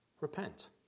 Repent